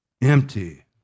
empty